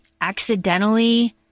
accidentally